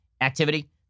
activity